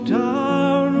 down